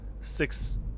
six